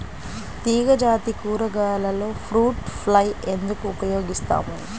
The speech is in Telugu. తీగజాతి కూరగాయలలో ఫ్రూట్ ఫ్లై ఎందుకు ఉపయోగిస్తాము?